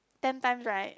ten times right